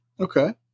Okay